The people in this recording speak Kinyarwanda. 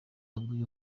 abwiye